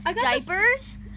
diapers